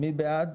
מי בעד?